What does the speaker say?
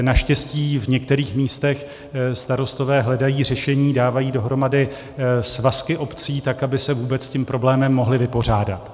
Naštěstí v některých místech starostové hledají řešení, dávají dohromady svazky obcí tak, aby se vůbec tím problémem mohli vypořádat.